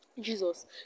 jesus